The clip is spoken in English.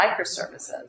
microservices